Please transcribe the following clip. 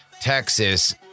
Texas